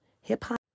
hip-hop